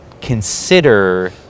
consider